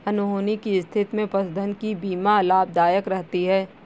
अनहोनी की स्थिति में पशुधन की बीमा लाभदायक रहती है